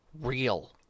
real